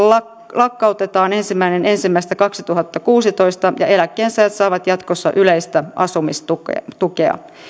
lakkautetaan ensimmäinen ensimmäistä kaksituhattakuusitoista ja eläkkeensaajat saavat jatkossa yleistä asumistukea